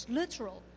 literal 。